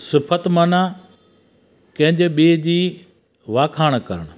सिफ़ति माना कंहिंजे ॿिए जी वाखाणु करणु